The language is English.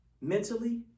Mentally